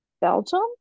belgium